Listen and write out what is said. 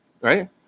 right